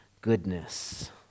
goodness